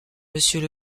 monsieur